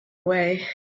way